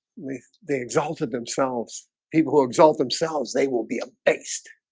with they exalted themselves people who exalt themselves they will be abased